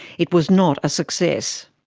it was not a success.